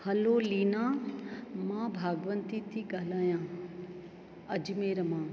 hello Leena मां भागवंती थी ॻाल्हायां अजमेर मां